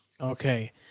okay